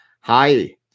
hi